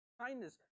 kindness